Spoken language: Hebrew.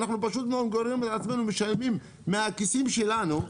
אנחנו משלמים מהכיסים שלנו.